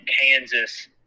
Kansas